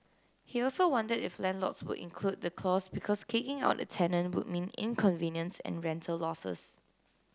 he also wondered if landlords would include the clause because kicking out a tenant would mean inconvenience and rental losses